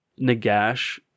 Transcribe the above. Nagash